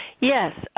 Yes